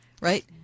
right